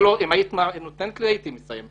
אם היית נותנת לי, הייתי מסיים.